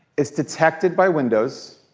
it's detected by windows.